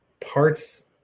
parts